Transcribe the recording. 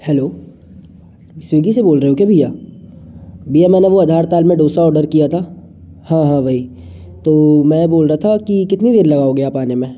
hello Swiggy से बोल रहे हो क्या भैया भैया मैंने वो आधारताल में डोसा ऑर्डर किया था हाँ हाँ वही तो मैं बोल रहा था कि कितनी देर लगाओगे आप आने में